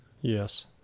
yes